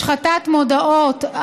השחתת מודעות,